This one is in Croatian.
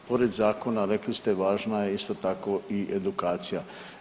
Pored zakona, rekli ste, važna je isto tako i edukacija.